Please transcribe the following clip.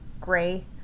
gray